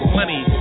money